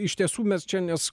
iš tiesų mes čia nes